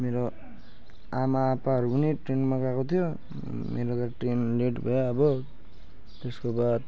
मेरो आमाआप्पाहरू पनि ट्रेनमा गएको थियो मेरो त ट्रेन लेट भयो अब त्यसको बाद